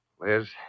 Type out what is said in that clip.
Liz